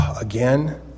Again